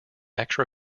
extra